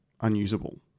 unusable